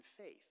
faith